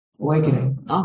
awakening